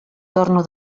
torno